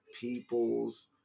people's